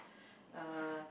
uh